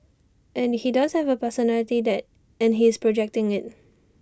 and he does not have A personality and he is projecting IT